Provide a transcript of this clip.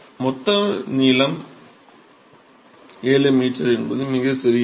மொத்த நீளம் 7 m என்பது மிகச் சிறியது